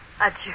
Adieu